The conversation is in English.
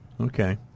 okay